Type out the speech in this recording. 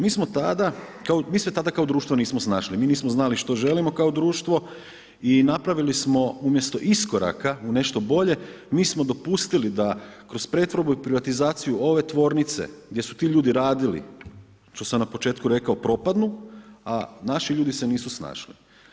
Mi se tada kao društvo nismo snašli, mi nismo znali što želimo kao društvo i napravili smo umjesto iskoraka u nešto bolje, mi smo dopustili da kroz pretvorbu i privatizaciju ove tvornice gdje su ti ljudi radili, što sam na početku rekao propadnu, a naši ljudi se nisu snašli.